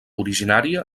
originària